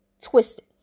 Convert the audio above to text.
twisted